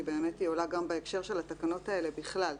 כי באמת היא עולה גם בהקשר של התקנות האלה בכלל.